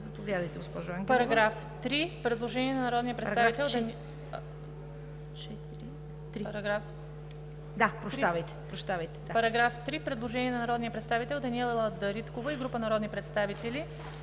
По § 3 има предложение на народния представител Даниела Дариткова и група народни представители.